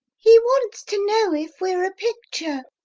he wants to know if we're a picture